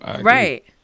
Right